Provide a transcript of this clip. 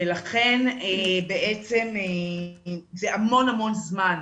ולכן בעצם זה המון זמן,